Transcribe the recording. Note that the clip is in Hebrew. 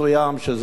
וזה יענה